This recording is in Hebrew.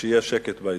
ויהיה שקט באזור.